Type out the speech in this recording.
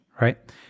right